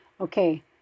okay